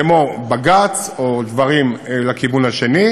כמו בג"ץ או דברים לכיוון האחר,